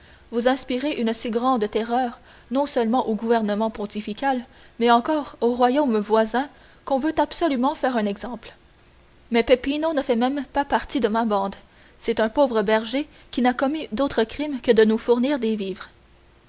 vous inspirez une si grande terreur non seulement au gouvernement pontifical mais encore aux royaumes voisins qu'on veut absolument faire un exemple mais peppino ne fait pas même partie de ma bande c'est un pauvre berger qui n'a commis d'autre crime que de nous fournir des vivres